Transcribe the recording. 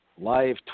Live